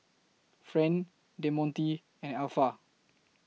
Friend Demonte and Alpha